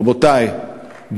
רבותי,